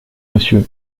monsieur